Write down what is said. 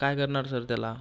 काय करणार सर त्याला